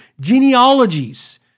genealogies